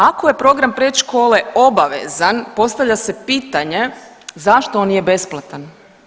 Ako je program predškole obavezan postavlja se pitanje zašto on nije besplatan?